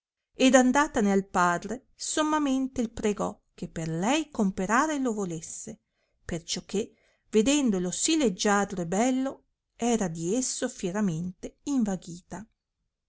ed andatane al padre sommamente il pregò che per lei comperare lo volesse perciò che vedendolo sì leggiadro e bello era di esso fieramente invaghita